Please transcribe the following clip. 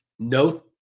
No